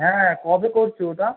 হ্যাঁ কবে করছো ওটা